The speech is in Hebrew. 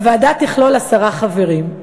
הוועדה תכלול עשרה חברים,